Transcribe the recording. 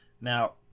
Now